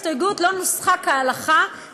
ההסתייגות לא נוסחה כהלכה.